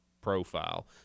profile